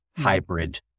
hybrid